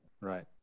Right